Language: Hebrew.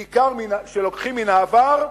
בעיקר שלוקחים מן העבר,